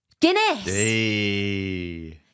Guinness